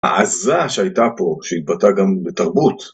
ההעזה שהייתה פה שהתבטא גם בתרבות